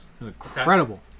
Incredible